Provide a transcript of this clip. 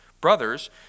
Brothers